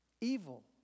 evil